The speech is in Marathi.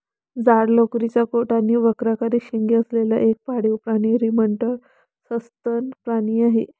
जाड लोकरीचा कोट आणि वक्राकार शिंगे असलेला एक पाळीव प्राणी रमिनंट सस्तन प्राणी आहे